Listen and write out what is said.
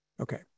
Okay